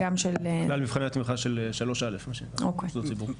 כלל מבחני התמיכה של 3א', מוסדות ציבור.